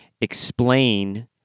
explain